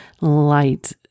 light